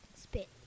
Spit